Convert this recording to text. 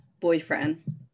boyfriend